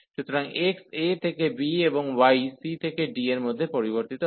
সুতরাং x a থেকে b এবং y c থেকে d এর মধ্যে পরিবর্তিত হয়